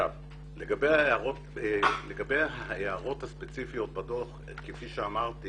לגבי ההערות הספציפיות בדוח, כפי שאמרתי